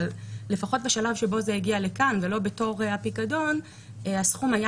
אבל לפחות בשלב שבו זה הגיע לכאן ולא בתור הפיקדון הסכום היה